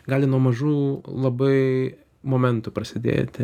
gali nuo mažų labai momentų prasidėti